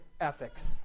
ethics